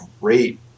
great